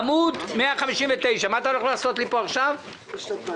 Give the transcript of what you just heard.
עמוד 159, בקשה מס' 41-012 משק המים.